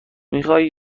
میخوای